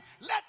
let